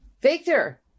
Victor